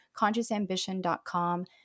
consciousambition.com